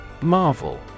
Marvel